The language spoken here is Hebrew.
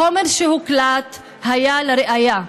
החומר שהוקלט היה לראיה,